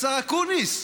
רבותיי,